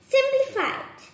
Simplified